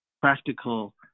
practical